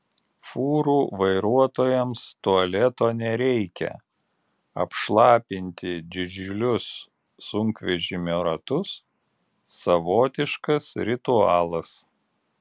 fūrų vairuotojams tualeto nereikia apšlapinti didžiulius sunkvežimio ratus savotiškas ritualas